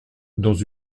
dans